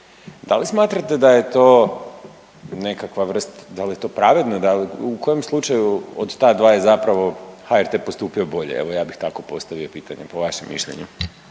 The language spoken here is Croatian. Da li smatrate da je to nekakva vrst, da li je to pravedno, u kojem slučaju od ta dva je zapravo HRT postupio bolje, evo ja bih tako postavio pitanje po vašem mišljenju?